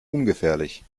ungefährlich